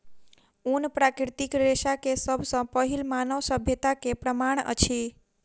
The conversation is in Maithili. ऊन प्राकृतिक रेशा के सब सॅ पहिल मानव सभ्यता के प्रमाण अछि